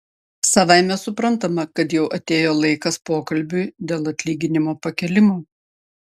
savaime suprantama kad jau atėjo laikas pokalbiui dėl atlyginimo pakėlimo